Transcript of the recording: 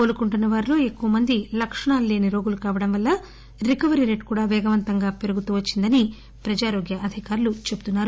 కోలుకుంటున్న వారిలో ఎక్కువ మంది లక్షణాలు లేని రోగులు కావడం వల్ల రికవరీ రేటు కూడా వేగవంతంగా పెరుగుతుం వచ్చారని ప్రజారోగ్య అధికారులు చెప్తున్నారు